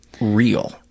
real